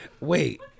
Wait